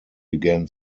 began